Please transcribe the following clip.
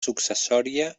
successòria